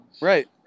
Right